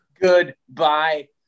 Goodbye